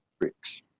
tricks